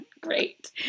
Great